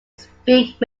speak